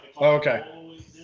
Okay